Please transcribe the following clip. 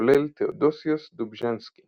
כולל תאודוסיוס דובז'נסקי